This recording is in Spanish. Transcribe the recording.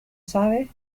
sabe